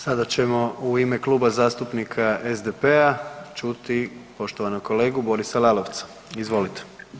Sada ćemo u ime Kluba zastupnika SDP-a čuti poštovanog kolega Borisa Lalovca, izvolite.